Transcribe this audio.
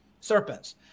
serpents